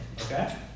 okay